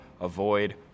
avoid